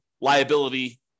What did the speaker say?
liability